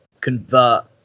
convert